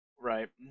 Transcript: Right